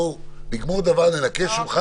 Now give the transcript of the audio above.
כמו מה, למשל?